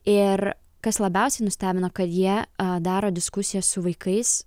ir kas labiausiai nustebino kad jie a daro diskusijas su vaikais